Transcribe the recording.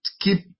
keep